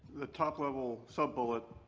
the top level sub-bullet,